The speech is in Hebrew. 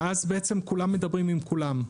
ואז בעצם כולם מדברים עם לכולם.